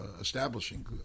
establishing